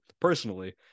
personally